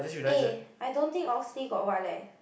eh I don't think Oxley got what leh